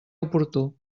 oportú